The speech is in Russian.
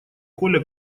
коля